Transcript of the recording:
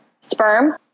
sperm